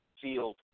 field